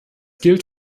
gilt